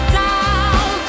down